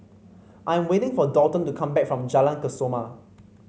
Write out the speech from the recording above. I'm waiting for Daulton to come back from Jalan Kesoma